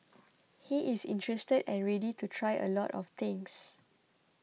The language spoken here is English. he is interested and ready to try a lot of things